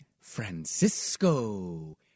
Francisco